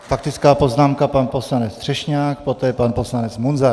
Faktická poznámka pan poslanec Třešňák, poté pan poslanec Munzar.